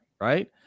right